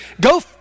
Go